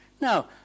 Now